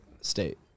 State